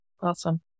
Awesome